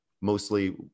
mostly